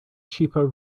cheaper